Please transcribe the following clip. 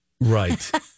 Right